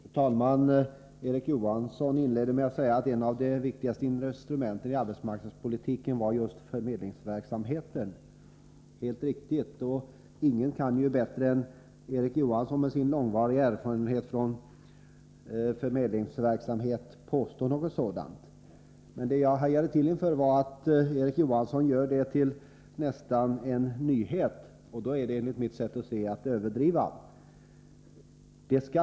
Fru talman! Erik Johansson inledde med att säga att ett av de viktigaste instrumenten i arbetsmarknadspolitiken är just förmedlingsverksamheten. Det är alldeles riktigt. Ingen kan ju säkrare än Erik Johansson, med sin långa erfarenhet av förmedlingsverksamhet, påstå något sådant. Men jag hajade till då Erik Johansson nästan gjorde detta till en nyhet. Det är, enligt mitt sätt att se saken, att överdriva det hela.